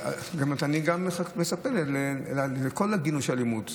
גם אני ודאי מצפה לכל גינוי של אלימות.